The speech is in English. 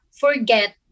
forget